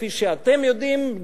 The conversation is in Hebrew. כפי שאתם יודעים,